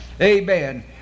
Amen